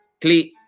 click